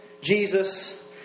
Jesus